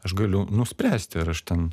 aš galiu nuspręsti ar aš ten